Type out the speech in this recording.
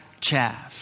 chaff